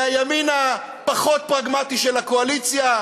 מהימין הפחות-פרגמטי של הקואליציה,